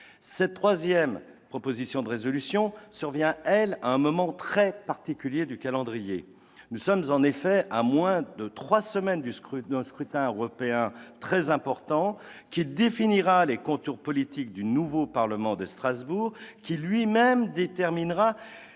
Cette troisième proposition de résolution survient à un moment très particulier du calendrier. Nous sommes, en effet, à moins de trois semaines d'un scrutin européen très important, lequel définira les contours politiques du nouveau Parlement européen de Strasbourg qui, lui-même, déterminera